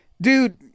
Dude